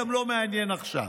גם לא מעניין עכשיו.